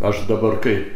aš dabar kai